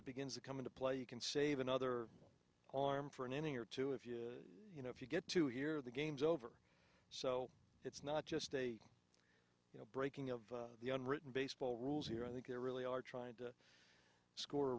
that begins to come into play you can save another arm for an inning or two if you you know if you get to hear the game's over so it's not just a you know breaking of the unwritten baseball rules here i think you really are trying to score